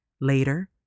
Later